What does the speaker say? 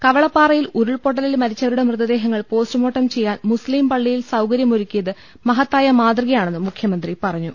കവളപ്പാറയിൽ ഉരുൾപൊട്ടലിൽ മരിച്ചവ രുടെ മൃതദേഹങ്ങൾ പോസ്റ്റുമോർട്ടം ചെയ്യാൻ മുസ്ലീം പള്ളി യിൽ സൌകര്യമൊരുക്കിയത് മഹത്തായ മാതൃകയാണെന്നും മുഖ്യമന്ത്രി പറഞ്ഞു